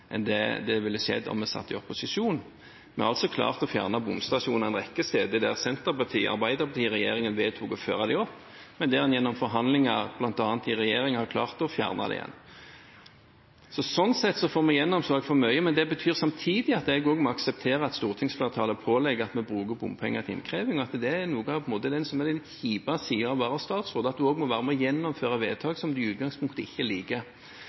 enn det ville skjedd om vi satt i opposisjon. Vi har også klart å fjerne bomstasjoner en rekke steder der Senterparti–Arbeiderpartiet-regjeringen vedtok å føre dem opp. Gjennom forhandlinger bl.a. i regjering har vi klart å fjerne dem igjen. Sånn sett får vi gjennomslag for mye. Men det betyr samtidig at jeg også må akseptere at stortingsflertallet pålegger at vi bruker bompengeinnkreving. Det er noe av den kjipe siden ved det å være statsråd at du også må være med og gjennomføre vedtak som du i utgangspunktet ikke